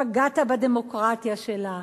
פגעת בדמוקרטיה שלה.